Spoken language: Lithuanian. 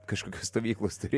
kažkokios stovyklos turė